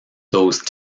those